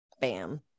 bam